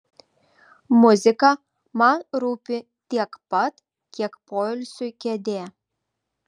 muzika man rūpi tiek pat kiek poilsiui kėdė